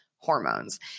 Hormones